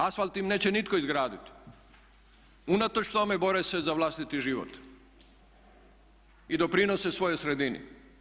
Asfalt im neće nitko izgraditi unatoč tome bore se za vlastiti život i doprinose svojoj sredini.